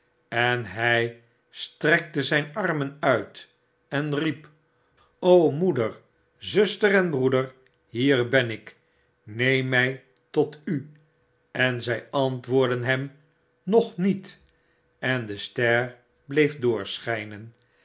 en hjj strekte zyn armen uit en riep moeder zuster ep broeder hier ben ik neem mjj tot u en zy antwoordden hem s mog niet en de ster bleef doorschynen